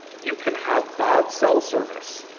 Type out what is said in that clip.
you can have bad cell service.